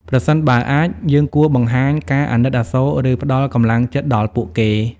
ប្រសិនបើអាច យើងគួរបង្ហាញការអាណិតអាសូរ ឬផ្តល់កម្លាំងចិត្តដល់ពួកគេ។